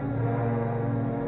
or